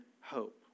hope